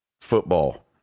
football